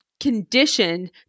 conditioned